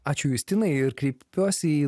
ačiū justinai ir kreipiuosi į